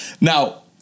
Now